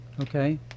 okay